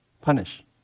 punish